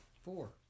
four